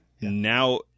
Now